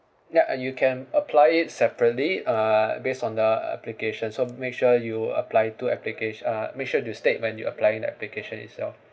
ya you can apply it separately uh base on the application so make sure you apply to applicat~ uh make sure you state when you applying the application itself